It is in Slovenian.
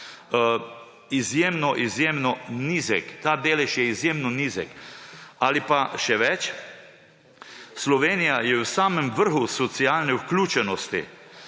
izjemno, izjemno nizek. Ta delež je izjemno nizek. Ali pa še več, Slovenija je v samem vrhu socialne vključenosti.